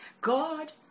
God